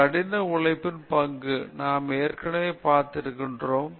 பார்க்கவும் கடின உழைப்பின் பங்கு நாம் ஏற்கனவே பார்த்திருக்கிறோம்